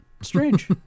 Strange